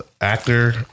actor